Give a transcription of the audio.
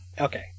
Okay